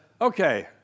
okay